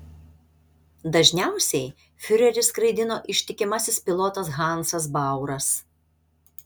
dažniausiai fiurerį skraidino ištikimasis pilotas hansas bauras